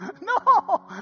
no